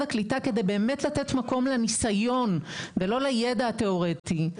הקליטה כדי באמת לתת מקום לניסיון ולא לידע התיאורטי,